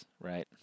right